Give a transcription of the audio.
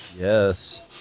Yes